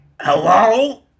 Hello